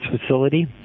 facility